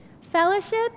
Fellowship